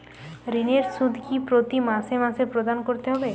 ঋণের সুদ কি প্রতি মাসে মাসে প্রদান করতে হবে?